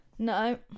No